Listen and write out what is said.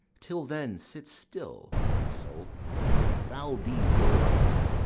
till then sit still, my soul foul deeds will rise,